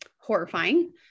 horrifying